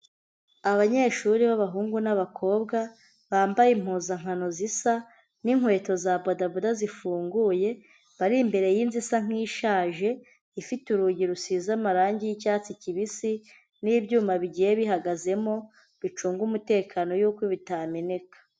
Abanyeshuri b'abahungu n'abakobwa bambaye impuzankano zisa n'inkweto za bodaboda zifunguye, bari imbere y'inzu isa nk'ishaje, ifite urugi rusize amarange y'icyatsi kibisi n'ibyuma bigiye bihagazemo bicunga umutekano yuko bitameneka.